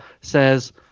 says